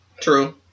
True